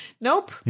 Nope